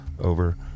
over